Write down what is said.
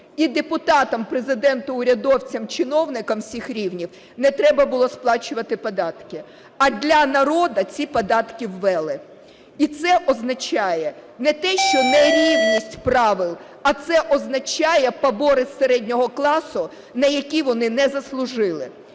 і депутатам, Президенту, урядовцям, чиновникам усіх рівнів не треба було сплачувати податки. А для народу ці податки ввели. І це означає не те, що нерівність правил, а це означає побори середнього класу, на які вони не заслужили.